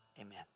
Amen